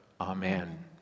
Amen